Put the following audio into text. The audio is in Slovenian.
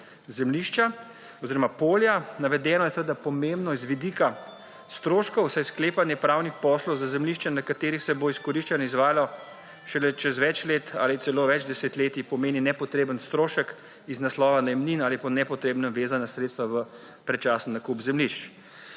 zemljišča oziroma polja. Navedeno je seveda pomembno z vidika stroškov, saj sklepanje pravnih poslov za zemljišča, na katerih se bo izkoriščanje izvajalo šele čez več let ali celo več desetletij, pomeni nepotreben strošek iz naslova najemnin ali po nepotrebnem vezana sredstva v predčasen nakup zemljišč.